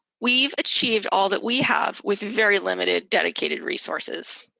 we've achieved all that we have with very limited dedicated resources.